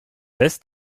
lässt